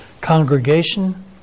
congregation